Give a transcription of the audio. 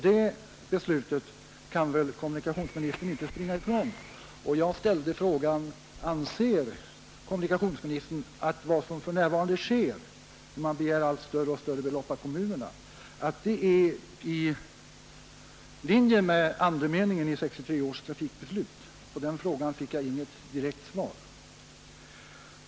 Det beslutet kan väl kommunikationsministern inte springa ifrån, och jag ställde frågan: Anser kommunikationsministern att vad som för närvarande sker, när SJ begär allt större och större belopp av kommunerna, är i linje med andemeningen i 1963 års trafikbeslut? På den frågan fick jag inget direkt svar.